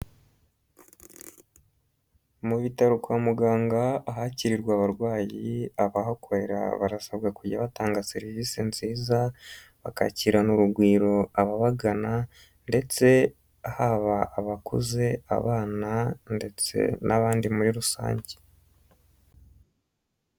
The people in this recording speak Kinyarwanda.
Mu bitaro kwa muganga ahakirirwa abarwayi, abahakorera barasabwa kujya batanga serivisi nziza, bakakirana urugwiro ababagana ndetse haba abakuze, abana ndetse n'abandi muri rusange.